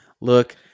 Look